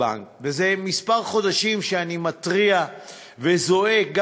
זה כמה חודשים שאני מתריע וזועק,